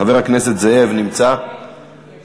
חבר הכנסת זאב, בבקשה.